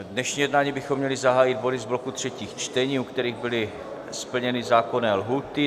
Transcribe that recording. Dnešní jednání bychom měli zahájit body z bloku třetích čtení, u kterých byly splněny zákonné lhůty.